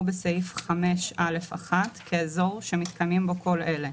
בסעיף 5(א)(1) כאזור שמתקיימים בו כל אלה:"